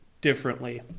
differently